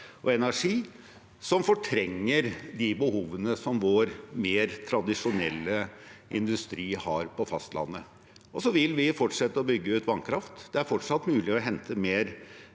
og energi, som fortrenger de behovene som vår mer tradisjonelle industri har på fastlandet. Vi vil fortsette å bygge ut vannkraft. Det er fortsatt mulig å hente mer